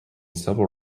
several